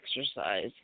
exercise